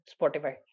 Spotify